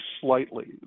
slightly